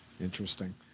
Interesting